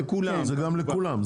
זה לכולם,